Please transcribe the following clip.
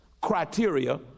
criteria